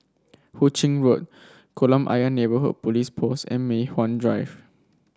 Hu Ching Road Kolam Ayer Neighbourhood Police Post and Mei Hwan Drive